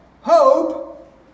hope